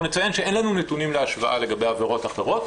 אנחנו נציין שאין לנו נתונים להשוואה לגבי עבירות אחרות,